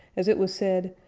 as it was said,